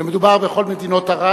ומדובר בכל מדינות ערב,